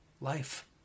life